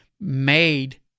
made